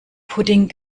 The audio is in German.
pudding